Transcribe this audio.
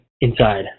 inside